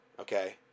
okay